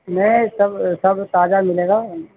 نہیں سب سب تازہ مِلے گا